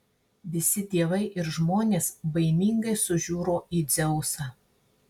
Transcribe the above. visi dievai ir žmonės baimingai sužiuro į dzeusą